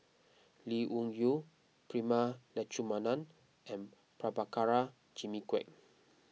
Lee Wung Yew Prema Letchumanan and Prabhakara Jimmy Quek